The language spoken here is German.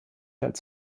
als